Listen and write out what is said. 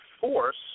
force